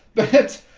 but it's